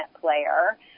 player